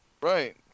Right